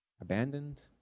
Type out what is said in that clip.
abandoned